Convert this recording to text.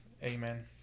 Amen